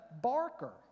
Barker